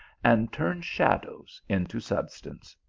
and turn shadows into substance.